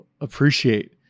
appreciate